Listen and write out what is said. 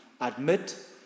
Admit